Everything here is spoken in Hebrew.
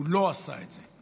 הוא לא עשה את זה.